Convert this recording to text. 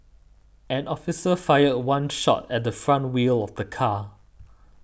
an officer fired one shot at the front wheel of the car